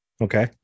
Okay